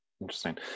Interesting